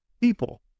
people